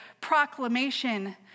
proclamation